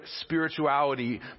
spirituality